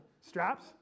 straps